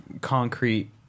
concrete